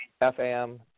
F-A-M